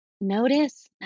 notice